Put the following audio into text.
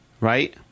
Right